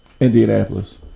Indianapolis